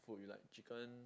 food you like chicken